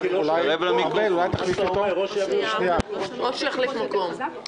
הפכו השניים לחברים מאוד מאוד קרובים.